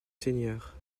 seigneur